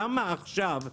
למה עכשיו?